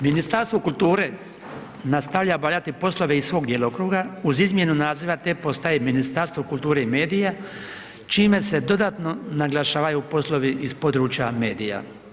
Ministarstvo kulture nastavlja obavljati poslove iz svog djelokruga uz izmjenu naziva, te postaje Ministarstvo kulture i medija, čime se dodatno naglašavaju poslovi iz područja medija.